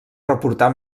reportar